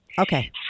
Okay